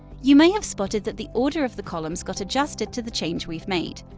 you may have spotted that the order of the columns got adjusted to the change we've made.